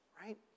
right